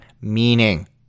meaning